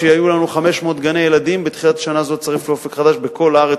כשהיו לנו 500 גני-ילדים בתחילת שנה זו לצרף ל"אופק חדש" בכל הארץ,